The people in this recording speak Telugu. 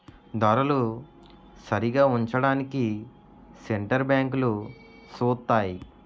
ధరలు సరిగా ఉంచడానికి సెంటర్ బ్యాంకులు సూత్తాయి